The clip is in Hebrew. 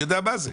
אני יודע מה זה.